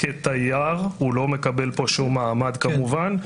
כתייר הוא לא מקבל פה שום מעמד כמובן,